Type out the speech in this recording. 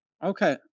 Okay